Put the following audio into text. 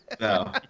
No